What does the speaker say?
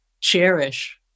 cherish